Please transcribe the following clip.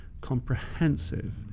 comprehensive